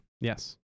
yes